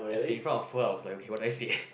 as in front of her I was like okay what do I say